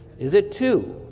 is it two,